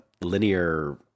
linear